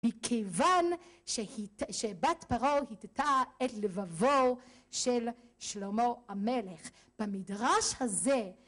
מכיוון שבת פרעה היטתה את לבבו של שלמה המלך במדרש הזה